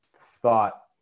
thought